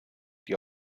die